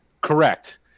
Correct